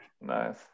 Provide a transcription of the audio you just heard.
Nice